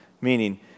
Meaning